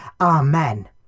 Amen